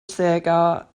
sagar